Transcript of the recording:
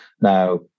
now